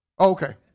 Okay